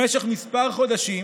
במשך כמה חודשים,